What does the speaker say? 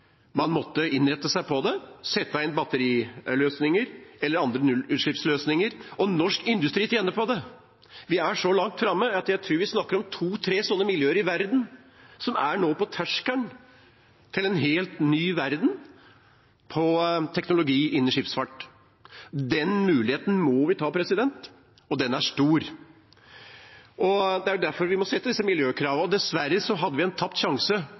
man måtte innrette seg på det og sette inn batteriløsninger eller andre nullutslippsløsninger. Norsk industri tjener på det. Vi er så langt framme at jeg tror vi snakker om to–tre slike miljøer i verden som nå er på terskelen til en helt ny verden når det gjelder teknologi innen skipsfart. Den muligheten må vi ta, den er stor, og derfor må vi stille disse miljøkravene. Dessverre hadde vi en tapt sjanse,